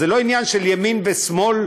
זה לא עניין של ימין ושמאל,